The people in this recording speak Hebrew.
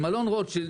עם אלון רוטשילד,